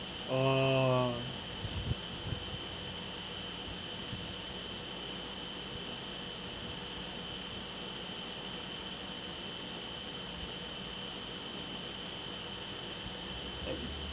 oh